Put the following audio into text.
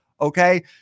okay